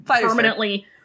permanently